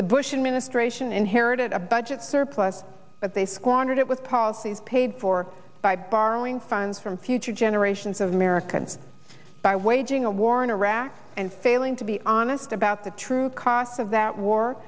the bush administration inherited a budget surplus but they squandered it with policies paid for by borrowing funds from future generations of americans by waging a war in iraq and failing to be honest about the true cost of that war